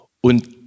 Und